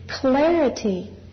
clarity